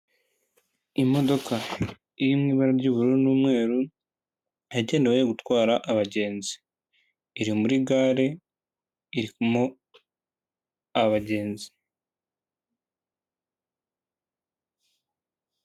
Imodoka iri mu ibara ry'ubururu n'umweru yagenewe gutwara abagenzi iri muri gare irimo abagenzi.